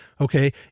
okay